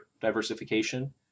diversification